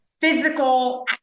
physical